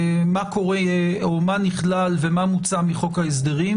מה נכלל ומה מוצא מחוק ההסדרים.